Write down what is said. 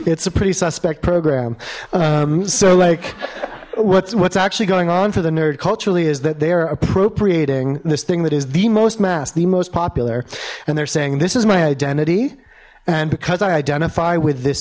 it's a pretty suspect program so like what's what's actually going on for the nerd culturally is that they are appropriating this thing that is the most mass the most popular and they're saying this is my identity and because i identify with this